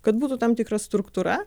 kad būtų tam tikra struktūra